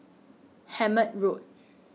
Hemmant Road